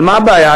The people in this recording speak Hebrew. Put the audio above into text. אבל מה הבעיה?